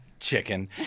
Chicken